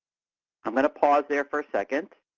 am going to pause there for a second,